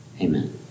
amen